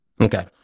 Okay